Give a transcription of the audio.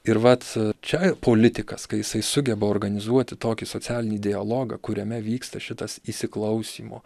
ir vat čia politikas kai jisai sugeba organizuoti tokį socialinį dialogą kuriame vyksta šitas įsiklausymo